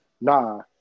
nah